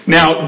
Now